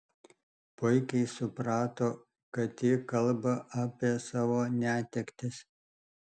puikiai suprato kad ji kalba apie savo netektis